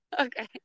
okay